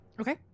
Okay